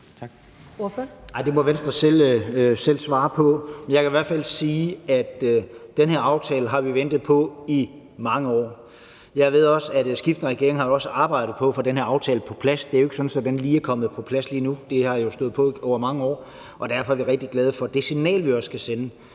Det må Venstre selv svare på, men jeg kan i hvert fald sige, at vi har ventet på den her aftale i mange år. Jeg ved også, at skiftende regeringer har arbejdet på at få den her aftale på plads. Det er jo ikke sådan, at den er kommet på plads lige nu. Det har jo stået på over mange år, og derfor er vi rigtig glade for det signal, vi også kan sende,